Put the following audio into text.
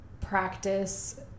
practice